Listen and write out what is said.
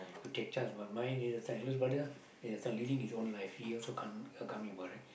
okay child's my mind is saying eldest brother at this time he living his own life he also can't can't be bothered